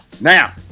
Now –